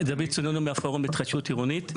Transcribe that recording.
דוד נסר סונינו, מהפורום להתחדשות עירונית.